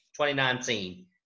2019